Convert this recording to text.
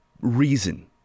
reason